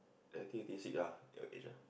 nineteen eighty six ah your age ah